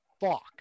fuck